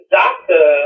doctor